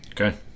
Okay